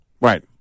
right